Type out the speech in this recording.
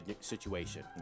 situation